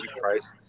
price